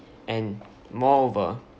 and moreover